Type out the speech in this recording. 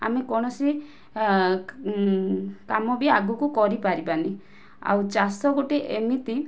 ଆମେ କୌଣସି କାମ ବି ଆଗକୁ କରିପାରିବାନି ଆଉ ଚାଷ ଗୋଟେ ଏମିତି